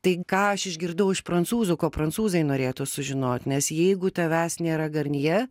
tai ką aš išgirdau iš prancūzų ko prancūzai norėtų sužinot nes jeigu tavęs nėra garnjė